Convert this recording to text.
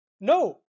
No